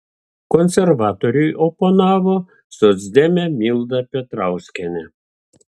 konservatoriui oponavo socdemė milda petrauskienė